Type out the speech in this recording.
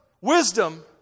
wisdom